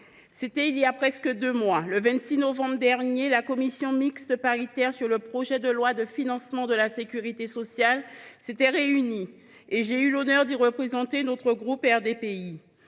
il y a presque deux mois, le 26 novembre dernier, la commission mixte paritaire sur le projet de loi de financement de la sécurité sociale pour 2025 s’est réunie. J’ai eu l’honneur d’y représenter notre groupe.